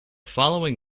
following